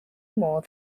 more